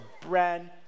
brand